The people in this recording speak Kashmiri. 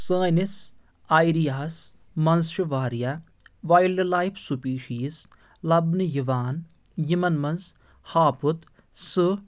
سٲنِس ایریاہَس منٛز چھُ واریاہ وایلڈ لایف سُپیٖشیٖز لبنہٕ یِوان یِمن منٛز ہاپُت سٔہہ